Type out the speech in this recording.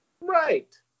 Right